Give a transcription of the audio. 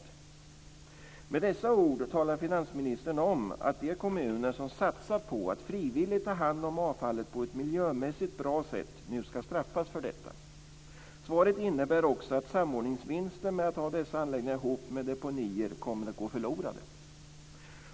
Med dessa ord talar finansministern om att de kommuner som satsat på att frivilligt ta hand om avfallet på ett miljömässigt bra sätt nu ska straffas för detta. Svaret innebär också att samordningsvinster med att ha dessa anläggningar ihop med deponier kommer att gå förlorade.